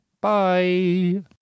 bye